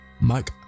Mike